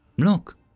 Look